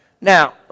Now